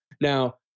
Now